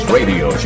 Radio